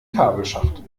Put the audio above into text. kabelschacht